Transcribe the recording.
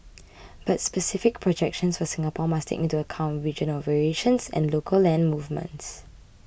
but specific projections for Singapore must take into account regional variations and local land movements